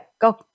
go